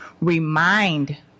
remind